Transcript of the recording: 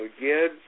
again